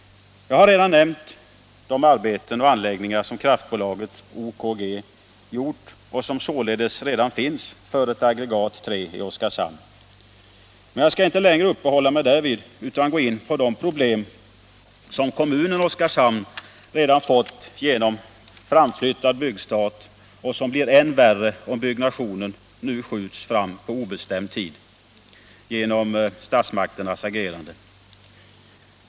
Jag har redan nämnt de arbeten och anläggningar som kraftbolaget OKG gjort och som således redan finns för ett aggregat 3 i Oskarshamn, men jag skall inte längre uppehålla mig därvid utan gå in på de problem som kommunen Oskarshamn redan fått genom framflyttad byggstart och som blir än värre, om byggnationen nu skjuts fram på obestämd tid genom statsmakternas agerande.